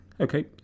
Okay